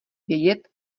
vědět